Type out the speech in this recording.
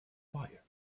fire